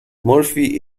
murphy